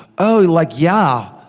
oh, like yeah,